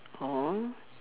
oh